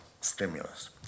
stimulus